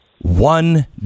one